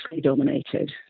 dominated